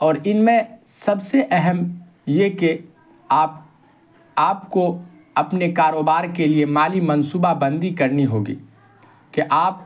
اور ان میں سب سے اہم یہ کہ آپ آپ کو اپنے کاروبار کے لیے مالی منصوبہ بندی کرنی ہوگی کہ آپ